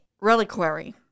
Reliquary